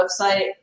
website